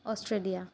Australia